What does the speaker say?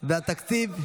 והתקציב,